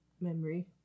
memory